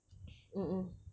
mmhmm